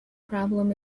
problem